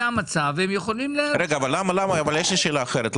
המצב והם יכולים ל --- יש לי שאלה אחרת.